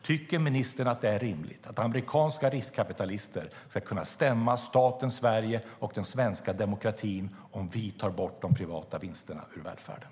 Tycker ministern att det är rimligt att amerikanska riskkapitalister ska kunna stämma staten Sverige och den svenska demokratin om vi tar bort de privata vinsterna i välfärden?